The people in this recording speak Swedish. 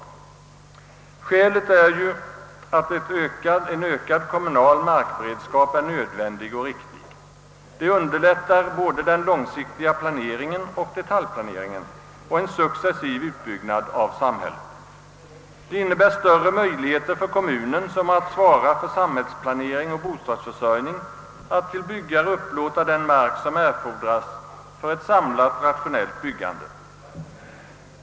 Ja, skälet för att en sådan behövs är att en ökad kommunal markberedskap är nödvändig; det underlättar både den långsiktiga planeringen, detaljplaneringen och en successiv utbyggnad av samhället. Det ger dessutom kommunen, som har att svara för samhällsplanering och bostadsförsörjning, större möjligheter att till byggare upplåta den mark som erfordras för ett samlat rationellt byggande.